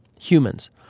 humans